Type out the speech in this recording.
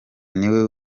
niwe